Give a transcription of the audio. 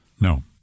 No